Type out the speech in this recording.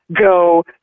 go